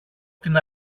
την